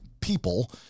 people